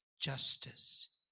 justice